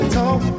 talk